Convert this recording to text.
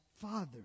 father